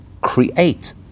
create